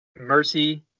mercy